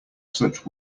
such